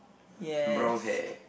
yes